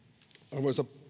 arvoisa